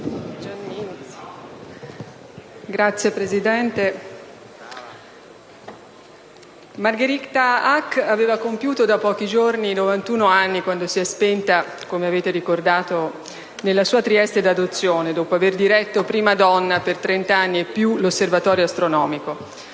Margherita Hack aveva compiuto da pochi giorni 91 anni quando si è spenta, come avete ricordato, nella sua Trieste d'adozione, dopo avere diretto, prima donna, per oltre trent'anni, l'Osservatorio astronomico.